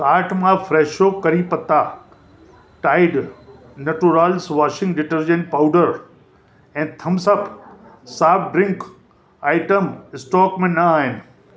cart मां फ्रेशो करी पत्ता Tide Naturals washing detergent powder ऐं Thums Up soft drink item stock में न आहिनि